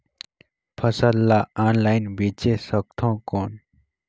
फसल ला ऑनलाइन बेचे सकथव कौन?